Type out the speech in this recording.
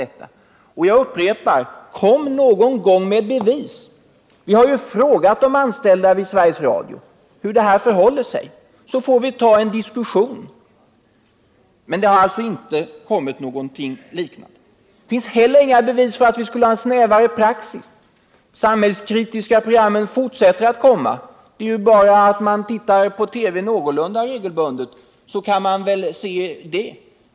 Och jag upprepar: Kom någon gång med bevis! Vi har ju frågat de anställda vid Sveriges Radio hur det förhåller sig. Om det presenteras bevis får vi ta en diskussion, men det har alltså inte kommit någonting sådant. Det finns heller inga bevis för att vi skulle ha en snävare praxis. Programmen fortsätter att komma. Det behövs ju bara att man ser på TV någorlunda regelbundet för att kunna konstatera det.